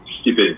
stupid